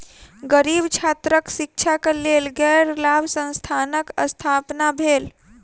गरीब छात्रक शिक्षाक लेल गैर लाभ संस्थानक स्थापना भेल